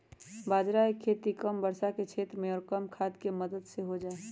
बाजरा के खेती कम वर्षा के क्षेत्र में और कम खाद के मदद से हो जाहई